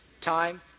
Time